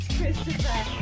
Christopher